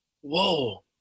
Whoa